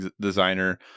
designer